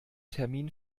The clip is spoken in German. termin